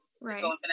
Right